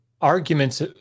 arguments